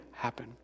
happen